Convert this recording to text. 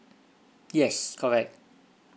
yes correct